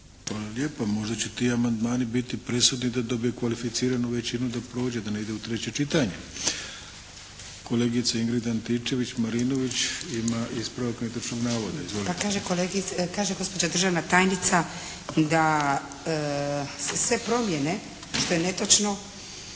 lijepo. Možda će ti amandmani biti presudni da dobiju kvalificiranu većinu da prođe da ne ide u treće čitanje. Kolegica Ingrid Antičević Marinović ima ispravak netočnog navoda. Izvolite. **Antičević Marinović, Ingrid